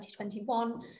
2021